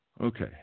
okay